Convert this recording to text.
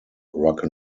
rock